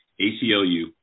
ACLU